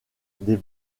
des